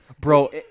Bro –